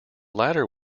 latter